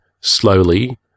slowly